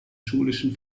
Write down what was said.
schulischen